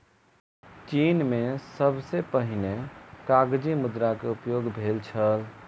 चीन में सबसे पहिने कागज़ी मुद्रा के उपयोग भेल छल